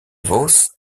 vos